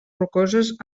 rocoses